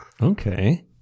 Okay